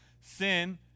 sin